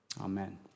amen